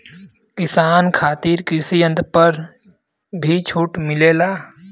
किसान खातिर कृषि यंत्र पर भी छूट मिलेला?